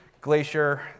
Glacier